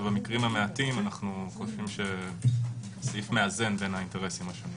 ובמקרים המעטים הסעיף מאזן בין האינטרסים.